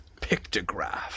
pictograph